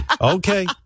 Okay